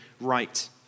right